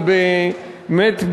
ובאמת,